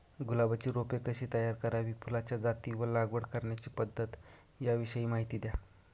गुलाबाची रोपे कशी तयार करावी? फुलाच्या जाती व लागवड करण्याची पद्धत याविषयी माहिती द्या